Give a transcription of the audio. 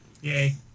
yay